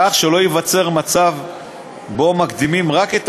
כך שלא ייווצר מצב שבו מקדמים רק את